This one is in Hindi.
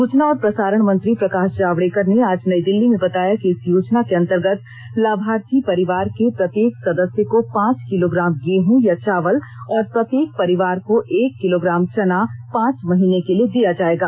सूचना और प्रसारण मंत्री प्रकाश जावड़ेकर ने आज नई दिल्ली में बताया कि इस योजना के अन्तर्गत लाभार्थी परिवार के प्रत्येक सदस्य को पांच किलोग्राम गेहं या चावल और प्रत्येक परिवार को एक किलोग्राम चना पांच महीने के लिए दिया जाएगा